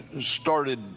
started